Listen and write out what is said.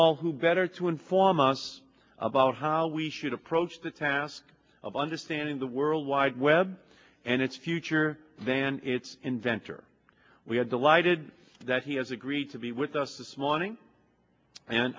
all who better to inform us about how we should approach the task of understanding the world wide web and its future van its inventor we are delighted that he has agreed to be with us this morning and